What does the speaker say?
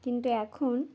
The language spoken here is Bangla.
কিন্তু এখন